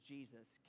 Jesus